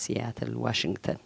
seattle washington